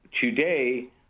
today